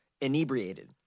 inebriated